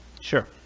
Sure